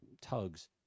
tugs